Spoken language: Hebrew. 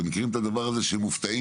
אתם מכירים את הדבר הזה שאנשים מופתעים